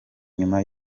nyuma